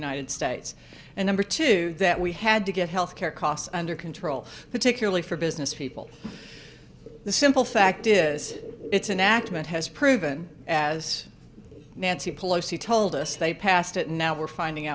united states and number two that we had to get health care costs under control particularly for business people the simple fact is it's an act mitt has proven as nancy pelosi told us they passed it now we're finding